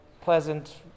pleasant